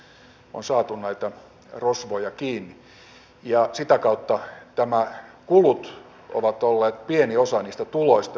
on saatu näitä rosvoja kiinni ja sitä kautta nämä kulut ovat olleet pieni osa niistä tuloista jotka ovat tulleet